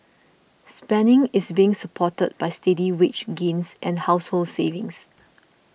spending is being supported by steady wage gains and household savings